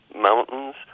mountains